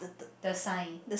the sign